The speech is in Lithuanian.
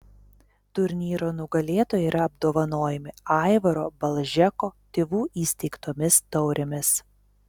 turnyro nugalėtojai yra apdovanojami aivaro balžeko tėvų įsteigtomis taurėmis